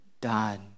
done